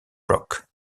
rock